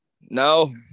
No